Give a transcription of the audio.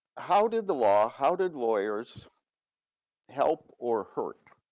how did the law, how did lawyers help or hurt,